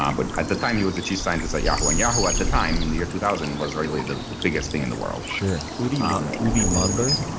um but at the time he was the chief scientist at yahoo. and yahoo at the time and in year two thousand was really the the biggest thing in the world. sure, udi um udi manber?